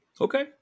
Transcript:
Okay